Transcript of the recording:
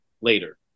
later